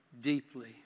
deeply